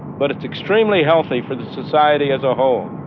but it's extremely healthy for the society as a whole.